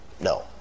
No